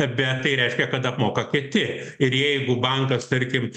bet tai reiškia kad apmoka kiti ir jeigu bankas tarkim